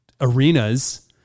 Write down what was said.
arenas